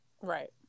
Right